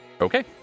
Okay